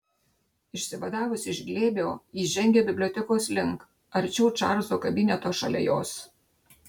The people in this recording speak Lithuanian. išsivadavusi iš glėbio ji žengė bibliotekos link arčiau čarlzo kabineto šalia jos